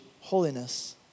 holiness